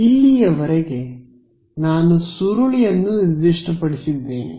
ಇಲ್ಲಿಯವರೆಗೆ ನಾನು ಸುರುಳಿಯನ್ನು ನಿರ್ದಿಷ್ಟಪಡಿಸಿದ್ದೇನೆ